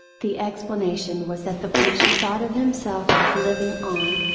the explanation was that the patient thought of himself as living on,